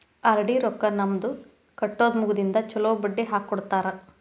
RD ರೊಕ್ಕಾ ನಮ್ದ ಕಟ್ಟುದ ಮುಗದಿಂದ ಚೊಲೋ ಬಡ್ಡಿ ಹಾಕ್ಕೊಡ್ತಾರ